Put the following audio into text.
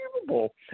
unbelievable